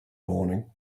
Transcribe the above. morning